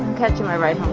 catching my